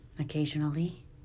Occasionally